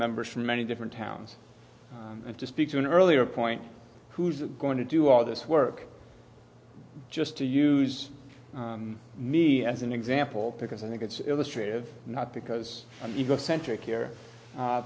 members from many different towns and to speak to an earlier point who's going to do all this work just to use me as an example because i think it's illustrated not because egocentric here